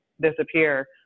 disappear